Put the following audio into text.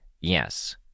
Yes